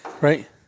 Right